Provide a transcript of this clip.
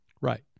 Right